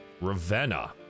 Ravenna